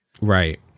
Right